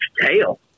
tail